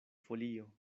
folio